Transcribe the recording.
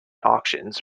auctions